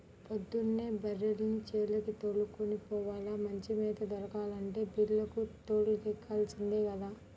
పొద్దున్నే బర్రెల్ని చేలకి దోలుకొని పోవాల, మంచి మేత దొరకాలంటే బీల్లకు తోలుకెల్లాల్సిందే గదా